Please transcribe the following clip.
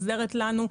עוזרים לנו,